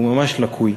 הוא ממש לקוי.